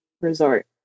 Resort